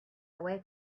away